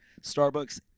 Starbucks